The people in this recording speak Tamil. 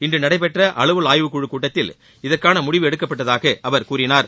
இன்று நடைபெற்ற அலுவல் ஆய்வுக்குழு கூட்டத்தில் இதற்கான முடிவு எடுக்கப்பட்டதாக அவர் கூறினார்